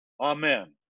Amen